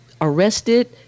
arrested